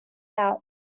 out